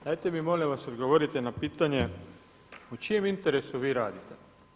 Dajte mi molim vas odgovorite na pitanje u čijem interesu vi radite?